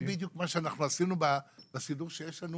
זה בדיוק מה שאנחנו עשינו בסידור שיש לנו